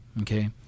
Okay